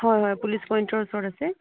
হয় হয় পুলিচ পইন্টৰ ওচৰত আছে